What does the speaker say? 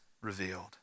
revealed